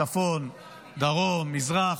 צפון, דרום, מזרח.